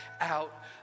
out